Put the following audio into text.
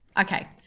Okay